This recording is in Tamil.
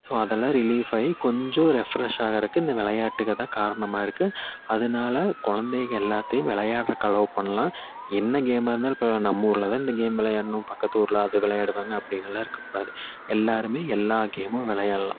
ஸோ அதெல்லாம் ரிலிஃப் ஆயி கொஞ்சம் ரெஃப்ரஷ் ஆகுறக்கு இந்த விளையாட்டுகள் தான் காரணமாக இருக்கு அதனால குழந்தைகள் எல்லாத்தையும் விளையாடுறக்கு அலோ பண்ணலாம் என்ன கேமாக இருந்தாலும் பரவாயில்லை நம்ம ஊரில் தான் இந்த கேம் விளையாடணும் பக்கத்து ஊரில் அது விளையாடுவாங்க அப்படினு எல்லாம் இருக்க கூடாது எல்லாருமே எல்லா கேமும் விளையாடலாம்